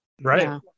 right